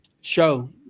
show